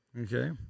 Okay